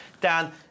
Dan